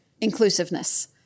inclusiveness